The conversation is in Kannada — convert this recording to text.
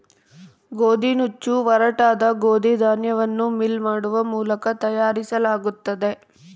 ಗೋದಿನುಚ್ಚು ಒರಟಾದ ಗೋದಿ ಧಾನ್ಯವನ್ನು ಮಿಲ್ ಮಾಡುವ ಮೂಲಕ ತಯಾರಿಸಲಾಗುತ್ತದೆ